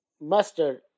mustard